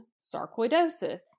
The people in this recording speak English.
sarcoidosis